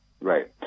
Right